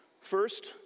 First